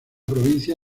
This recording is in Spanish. provincia